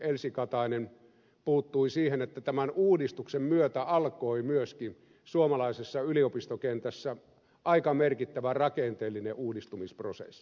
elsi katainen puuttui siihen että tämän uudistuksen myötä alkoi myöskin suomalaisessa yliopistokentässä aika merkittävä rakenteellinen uudistumisprosessi